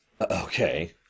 Okay